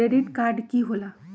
Credit card की होला?